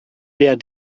der